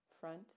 Front